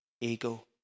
ego